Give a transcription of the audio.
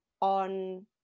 on